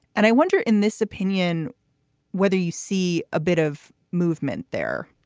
and i wonder in this opinion whether you see a bit of movement there